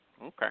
Okay